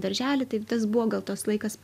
darželį tai tas buvo gal tas laikas